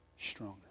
stronger